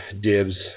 Dibs